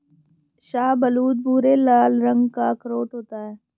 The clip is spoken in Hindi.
शाहबलूत भूरे लाल रंग का अखरोट होता है